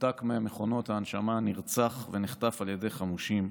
נותק ממכונות ההנשמה, נרצח ונחטף על ידי חמושים.